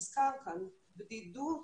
כמו בדידות,